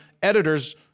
editors